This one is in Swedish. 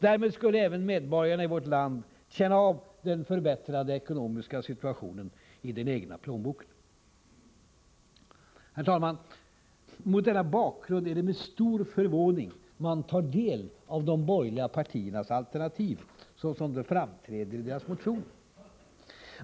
Därmed skulle även medborgarna i vårt land känna av den förbättrade ekonomiska situationen i den egna plånboken. Herr talman! Mot denna bakgrund är det med stor förvåning man tar del av de borgerliga partiernas alternativ såsom de framträder i deras motioner.